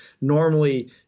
normally